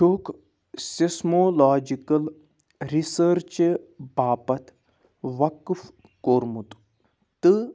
ٹُک seismological رِسٲرچہٕ باپتھ وَقف کوٚرمُت تہٕ